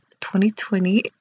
2020